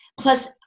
Plus